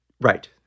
Right